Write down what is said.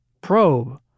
probe